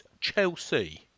Chelsea